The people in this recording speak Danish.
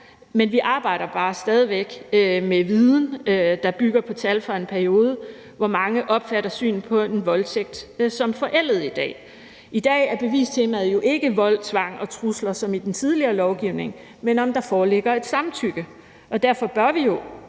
men vi arbejder bare stadig væk med viden, der bygger på tal fra en periode, hvor synet på en voldtægt af mange opfattes som forældet i dag. I dag er bevistemaet jo ikke vold, tvang og trusler som i den tidligere lovgivning, men om der foreligger et samtykke, og derfor bør vi jo